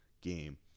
game